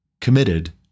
committed